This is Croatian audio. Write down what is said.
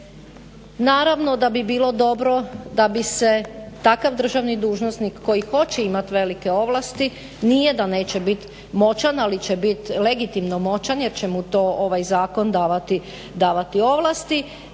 Naravno da bi bilo dobro da bi se takav državni dužnosnik koji hoće imati velike ovlasti nije da neće biti moćan, ali će biti legitimno moćan jer će mu to ovaj zakon davati ovlasti,